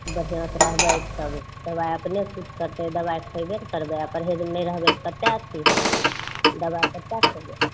बढ़िआँ से रहबै तब दबाइ अपने सुट करतै दबाइ खयबे ने करबै आ परहेजमे नहि रहबै तऽ कते की होत दबाइ कते खयबै